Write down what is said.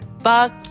fuck